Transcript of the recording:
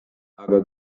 aga